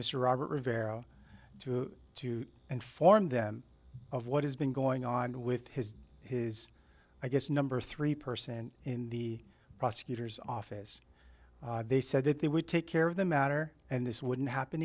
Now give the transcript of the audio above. mr robert rivera to inform them of what has been going on and with his his i guess number three person in the prosecutor's office they said that they would take care of the matter and this wouldn't happen